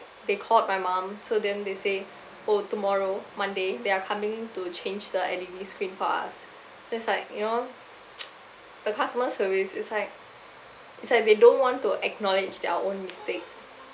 they called my mum so then they say oh tomorrow monday they are coming to change the L_E_D screen for us that's like you know the customer service is like is like they don't want to acknowledge their own mistake